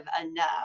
enough